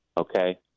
Okay